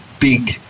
big